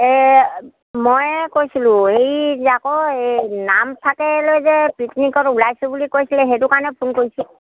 এই ময়ে কৈছিলোঁ এই যে আকৌ এই নামফাকলৈ যে পিকনিকত ওলাইছোঁ বুলি কৈছিলে সেইটো কাৰণে ফোন কৰিছোঁ